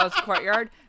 courtyard